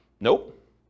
Nope